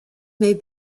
may